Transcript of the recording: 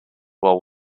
while